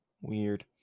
Weird